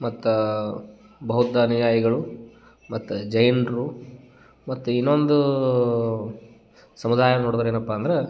ಮತ್ತು ಬೌದ್ಧ ಅನುಯಾಯಿಗಳು ಮತ್ತು ಜೈನರು ಮತ್ತು ಇನ್ನೊಂದು ಸಮುದಾಯ ನೋಡದ್ರ ಏನಪ್ಪ ಅಂದ್ರೆ